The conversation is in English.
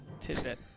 tidbit